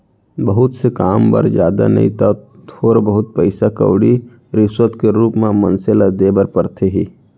बहुत से काम बर जादा नइ तव थोर बहुत पइसा कउड़ी रिस्वत के रुप म मनसे ल देय बर परथे ही